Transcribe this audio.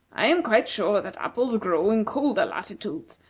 i am quite sure that apples grow in colder latitudes,